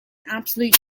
absolute